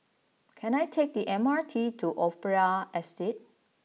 can I take the M R T to Opera Estate